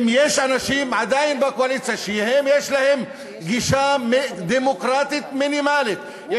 אם עדיין יש בקואליציה אנשים שיש להם גישה דמוקרטית מינימלית,